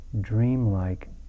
dreamlike